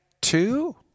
two